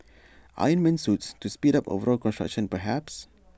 iron man suits to speed up overall construction perhaps